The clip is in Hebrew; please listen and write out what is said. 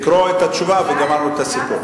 לקרוא את התשובה וגמרנו את הסיפור.